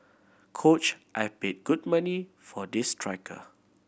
coach I paid good money for this striker